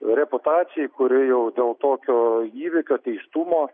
reputacijai kuri jau dėl tokio įvykio teistumo